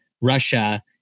Russia